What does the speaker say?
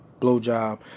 blowjob